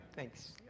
Thanks